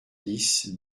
dix